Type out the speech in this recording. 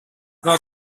dans